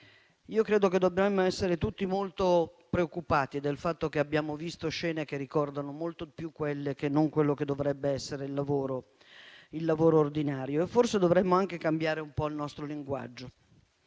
Credo che dobbiamo essere tutti molto preoccupati del fatto che abbiamo visto scene che ricordano molto più quelle, che non quello che dovrebbe essere il lavoro ordinario, e forse dovremmo anche cambiare un po' il nostro linguaggio.